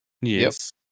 Yes